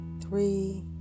three